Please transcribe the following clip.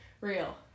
real